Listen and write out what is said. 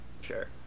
sure